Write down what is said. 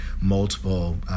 multiple